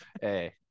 Hey